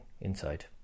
inside